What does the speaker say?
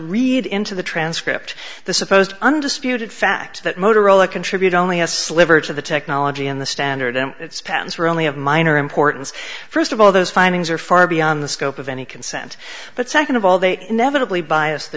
read into the transcript the supposed undisputed fact that motorola contribute only a sliver to the technology in the standard and its patents were only of minor importance first of all those findings are far beyond the scope of any consent but second of all they inevitably bias the